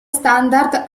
standard